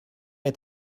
est